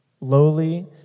lowly